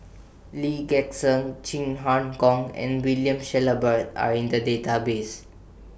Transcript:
Lee Gek Seng Chin Harn Gong and William Shellabear Are in The Database